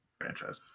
franchise